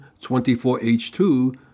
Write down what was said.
24H2